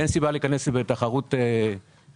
אין סיבה להיכנס לתחרות ולהיכנס